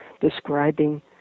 describing